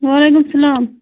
وعلیکُم سلام